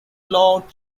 lord